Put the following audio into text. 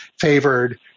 favored